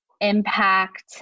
impact